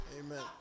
amen